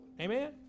Amen